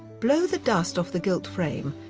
blow the dust off the gilt frame,